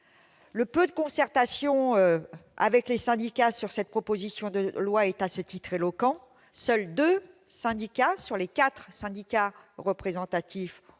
Le peu de concertation avec les syndicats sur cette proposition de loi est éloquent : seuls deux des quatre syndicats représentatifs ont été